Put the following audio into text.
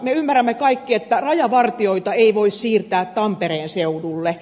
me ymmärrämme kaikki että rajavartijoita ei voi siirtää tampereen seudulle